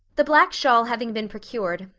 the black shawl having been procured,